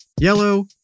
yellow